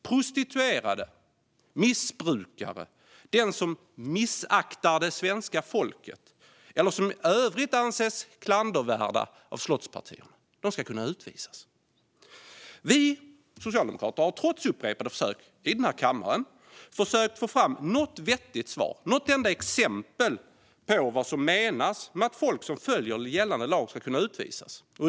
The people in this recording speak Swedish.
Prostituerade, missbrukare, den som "missaktar det svenska folket" eller som i övrigt anses klandervärda av slottspartierna ska kunna utvisas. Vi socialdemokrater har upprepade gånger i denna kammare försökt att få fram något vettigt svar, något enda exempel på vad som menas med att folk som följer gällande lag ska kunna utvisas.